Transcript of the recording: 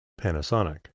Panasonic